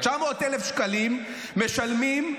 900,000 שקלים משלמים,